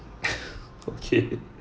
okay